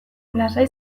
lasai